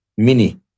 mini